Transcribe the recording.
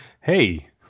Hey